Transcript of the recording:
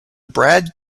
brad